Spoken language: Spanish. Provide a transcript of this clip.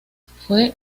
fue